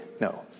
No